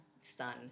son